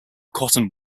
cotton